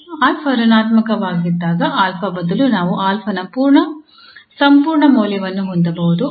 𝑎 ಋಣಾತ್ಮಕವಾಗಿದ್ದಾಗ 𝑎 ಬದಲು ನಾವು 𝑎 ನ ಸಂಪೂರ್ಣ ಮೌಲ್ಯವನ್ನು ಹೊಂದಬಹುದು